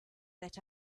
that